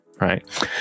Right